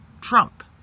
Trump